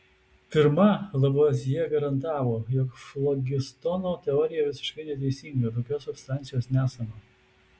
pirma lavuazjė garantavo jog flogistono teorija visiškai neteisinga tokios substancijos nesama